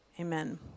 Amen